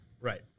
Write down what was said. right